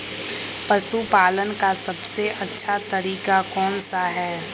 पशु पालन का सबसे अच्छा तरीका कौन सा हैँ?